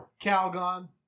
Calgon